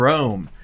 Rome